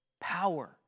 Power